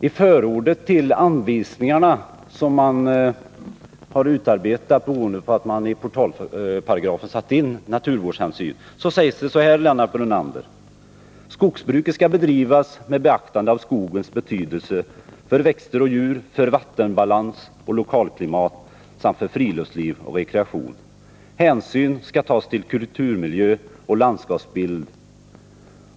I förordet till anvisningarna som man har utarbetat, beroende på att man i portalparagrafen satte in detta med naturvårdshänsyn, sägs det, Lennart Brunander, så här: ”Skogsbruket skall bedrivas med beaktande av skogens betydelse för växter och djur, för vattenbalans och lokalklimat samt för friluftsliv och rekreation. Hänsyn skall tas till kulturmiljö och landskapsbild.